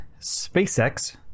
SpaceX